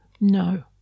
No